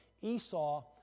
Esau